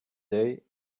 day